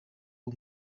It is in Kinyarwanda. uwo